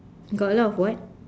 got a lot of what